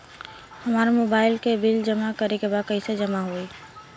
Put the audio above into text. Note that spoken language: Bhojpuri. हमार मोबाइल के बिल जमा करे बा कैसे जमा होई?